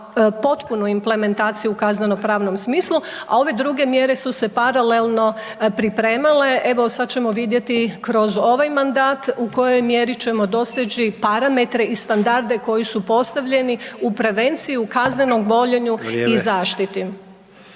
potpunu implementaciju u kaznenopravnom smislu a ove druge mjere su se paralelno pripremale, evo sad ćemo vidjet kroz ovaj mandat u kojoj mjeri ćemo doseći parametre i standarde koji su postavljeni u prevenciju, kaznenom gonjenju i zaštiti.